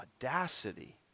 audacity